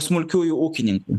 smulkiųjų ūkininkų